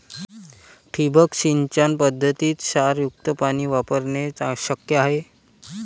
ठिबक सिंचन पद्धतीत क्षारयुक्त पाणी वापरणे शक्य आहे